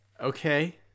okay